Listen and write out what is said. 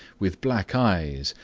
with black eyes,